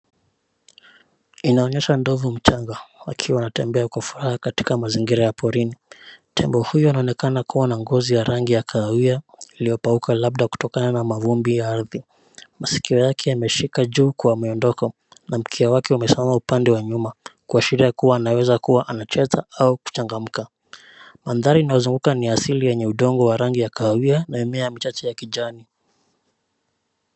Inaonyesha ndovu mchanga akiwa anatembea kwa furaha katika mazingira ya porini. Tembo huyu anaonekana kuwa na ngozi ya rangi ya kahawia iliyopauka labda kutokana na mavumbi ya ardhi. Masikio yake ameshika juu kwa miondoko na mkia wake umesimama upande wa nyuma kuashiria kua anaweza kua anacheza au kuchangamka. Mandhari inayozunguka ni asili yenye udongo wa rangi ya kahawia na mimea michache ya kijani.